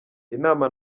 inama